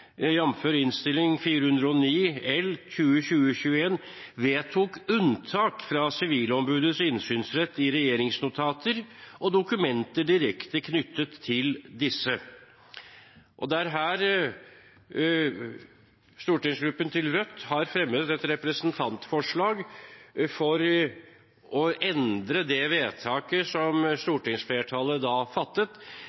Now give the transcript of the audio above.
409 L for 2020–2021, vedtok unntak fra Sivilombudets innsynsrett i «regjeringsnotater og dokumenter direkte knyttet til disse». Det er her stortingsgruppen til Rødt har fremmet et representantforslag for å endre det vedtaket som